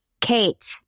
Kate